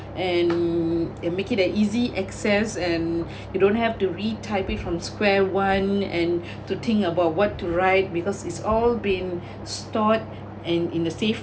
and and make it an easy access and you don't have to retype it from square one and to think about what to write because it's all been stored and in the safe